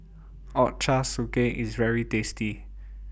Ochazuke IS very tasty